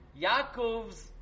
Yaakov's